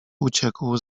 uciekł